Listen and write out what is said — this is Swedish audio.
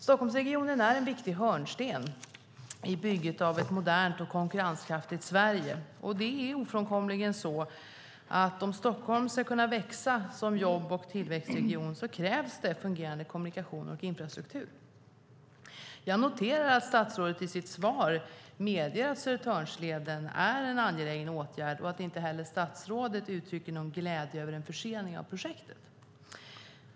Stockholmsregionen är en viktig hörnsten i bygget av ett modernt och konkurrenskraftigt Sverige, och det är ofrånkomligen så att om Stockholm ska kunna växa som jobb och tillväxtregion krävs det fungerande kommunikationer och infrastruktur. Jag noterar att statsrådet i sitt svar medger att Södertörnsleden är en angelägen åtgärd och att inte heller statsrådet uttrycker någon glädje över en försening av projektet.